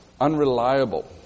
unreliable